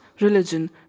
religion